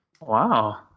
Wow